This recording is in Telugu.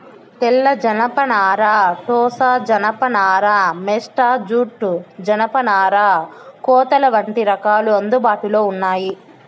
తెల్ల జనపనార, టోసా జానప నార, మేస్టా జూట్, జనపనార కోతలు వంటి రకాలు అందుబాటులో ఉన్నాయి